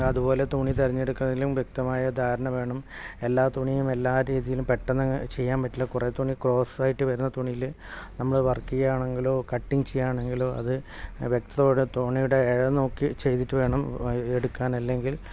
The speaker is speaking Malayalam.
അതുപോലെ തുണി തിരഞ്ഞെടുക്കുന്നതിലും വ്യക്തമായ ധാരണ വേണം എല്ലാ തുണിയും എല്ലാ രീതിയിലും പെട്ടെന്നങ്ങ് ചെയ്യാൻ പറ്റില്ല കുറെ തുണി ക്രോസ് ആയിട്ട് വരുന്ന തുണിയിൽ നമ്മൾ വർക്ക് ചെയ്യണമെങ്കിലോ കട്ടിങ് ചെയ്യാനാണെങ്കിലോ അത് വ്യക്തതയോടെ തുണിയുടെ ഇഴ നോക്കി ചെയ്തിട്ടു വേണം എടുക്കാൻ അല്ലെങ്കിൽ പി